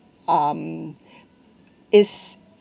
um is